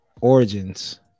Origins